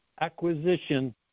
acquisition